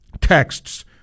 texts